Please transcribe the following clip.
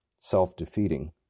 self-defeating